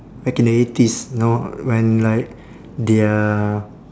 back in the eighties know when like they are